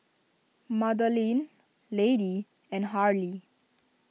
Madeleine Lady and Harley